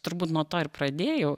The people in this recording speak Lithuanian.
turbūt nuo to ir pradėjau